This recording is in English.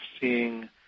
seeing